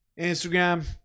Instagram